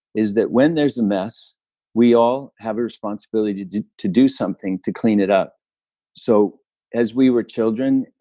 is that when there's a mess we all have a responsibility to to do something to clean it up so as we were children,